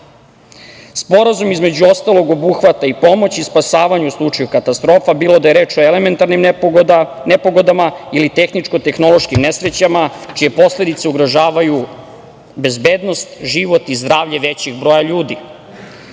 između ostalog, obuhvata pomoć i spasavanje u slučaju katastrofa, bilo da je reč o elementarnim nepogodama ili tehničko-tehnološkim nesrećama, čije posledice ugrožavaju bezbednost, život i zdravlje većeg broja ljudi.